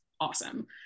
awesome